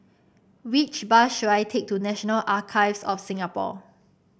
which bus should I take to National Archives of Singapore